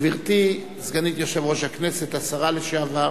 גברתי, סגנית יושב-ראש הכנסת, השרה לשעבר,